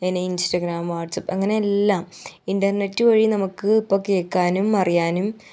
അങ്ങനെ Instagram WhatsApp അങ്ങനെ എല്ലാം ഇൻടർനെറ്റ് വഴി നമുക്ക് ഇപ്പം കേൾക്കാനും അറിയാനും